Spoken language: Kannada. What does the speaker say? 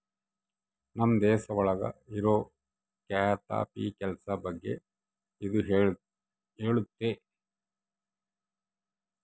ನಮ್ ದೇಶ ಒಳಗ ಇರೋ ರೈತಾಪಿ ಕೆಲ್ಸ ಬಗ್ಗೆ ಇದು ಹೇಳುತ್ತೆ